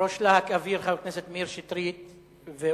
ראש להק אוויר חבר הכנסת מאיר שטרית ואורחיו,